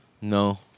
No